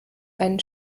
einen